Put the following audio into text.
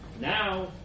Now